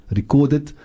recorded